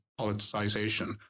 politicization